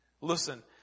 Listen